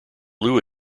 lou